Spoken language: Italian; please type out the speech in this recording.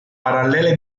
parallele